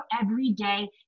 everyday